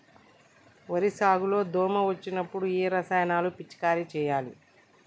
వరి సాగు లో దోమ వచ్చినప్పుడు ఏ రసాయనాలు పిచికారీ చేయాలి?